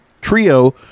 trio